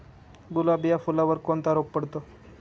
गुलाब या फुलावर कोणता रोग पडतो?